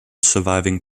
surviving